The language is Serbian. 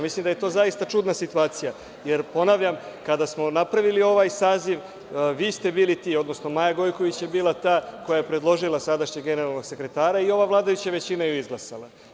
Mislim da je to zaista čudna situacija, jer, ponavljam, kada smo napravili ovaj saziv, vi ste bili ti, odnosno Maja Gojković je bila ta koja je predložila sadašnjeg generalnog sekretara i ova vladajuća većina ju je izglasala.